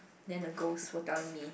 then the gods was telling me